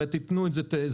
הרי תיתנו את זה לאחרים.